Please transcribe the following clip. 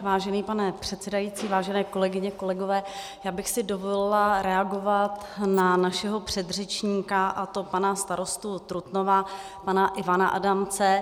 Vážený pane předsedající, vážené kolegyně, kolegové, já bych si dovolila reagovat na našeho předřečníka, pana starostu Trutnova, pana Ivana Adamce.